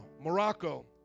Morocco